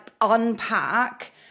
unpack